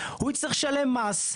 הוא יצטרך לשלם מס,